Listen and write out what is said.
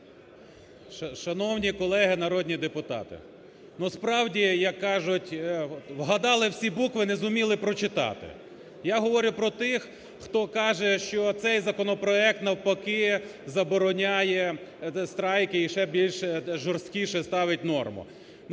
Шановні колеги народні депутати! Ну, справді, як кажуть, вгадали всі букви, не зуміли прочитати. Я говорю про тих, хто каже, що цей законопроект навпаки забороняє страйки і ще більш жорсткішу ставить норму.